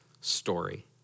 story